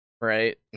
Right